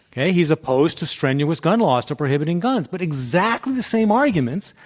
okay, he's opposed to strenuous gun laws to prohibiting guns, but exactly the same arguments,